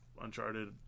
Uncharted